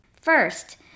First